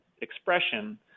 expression